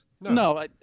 no